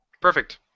Perfect